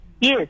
Yes